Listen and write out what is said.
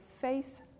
face